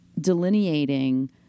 delineating